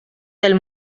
del